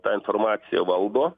tą informaciją valdo